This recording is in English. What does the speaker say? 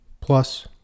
Plus